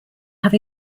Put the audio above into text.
have